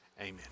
Amen